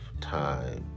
time